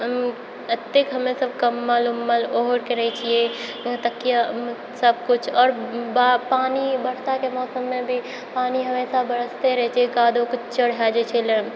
एतेक हमे सभ कम्बल उम्बल ओढ़िके रहै छियै तकिया सभकुछ आओर पानि बरसाके मौसममे भी पानि हमेशा बरसते रहै छै कादो किच्चर हो जाइ छै